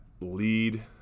lead